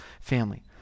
family